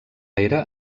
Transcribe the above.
era